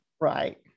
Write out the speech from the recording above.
right